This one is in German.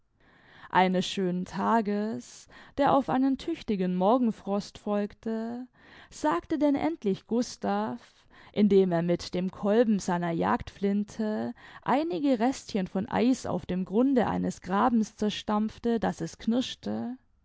eines schönen tages der auf einen tüchtigen morgenfrost folgte sagte denn endlich gustav indem er mit dem kolben seiner jagdflinte einige restchen von eis auf dem grunde eines grabens zerstampfte daß es knirschte